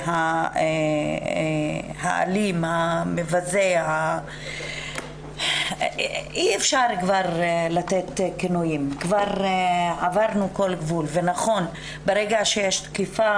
לממ"מ כדי לבדוק איזה בית חולים יש בו